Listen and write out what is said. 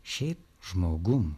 šiaip žmogum